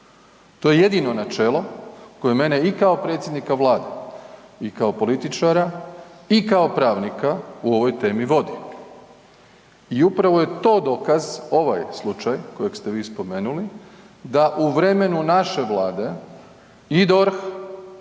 To je jedino načelo koje mene i kao predsjednika Vlade i kao političara i kao pravnika u ovoj temi vodi. I upravo je to dokaz ovaj slučaj kojeg ste vi spomenuli da u vremenu naše Vlade i DORH